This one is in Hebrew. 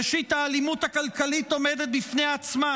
ראשית, האלימות הכלכלית עומדת בפני עצמה,